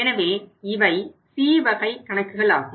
எனவே இவை C வகை கணக்குகளாகும்